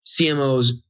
CMOs